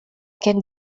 can